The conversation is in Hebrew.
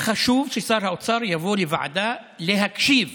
חשוב ששר האוצר יבוא לוועדה להקשיב